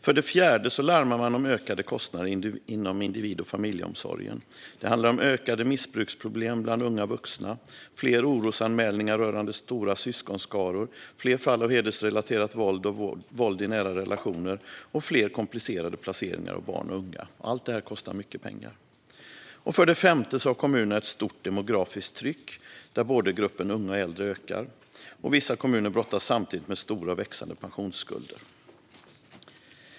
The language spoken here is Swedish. För det fjärde larmar man om ökade kostnader inom individ och familjeomsorgen. Det handlar om ökade missbruksproblem bland unga vuxna, fler orosanmälningar rörande stora syskonskaror, fler fall av hedersrelaterat våld och våld i nära relationer och fler komplicerade placeringar av barn och unga. Allt detta kostar mycket pengar. För det femte har kommunerna ett stort demografiskt tryck där både gruppen unga och gruppen äldre ökar. Vissa kommuner brottas samtidigt med stora och växande pensionsskulder.